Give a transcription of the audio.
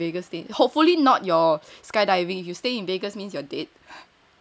hopefully not your skydiving if you stay in Vegas means you are dead